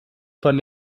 von